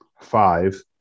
five